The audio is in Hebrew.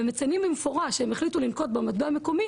ומציינים במפורש שהם החליטו לנקוט במטבע המקומי